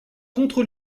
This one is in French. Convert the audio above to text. contre